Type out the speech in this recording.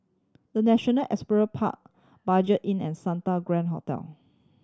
The National Equestrian Park Budget Inn and Santa Grand Hotel